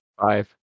five